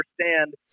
understand